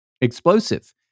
explosive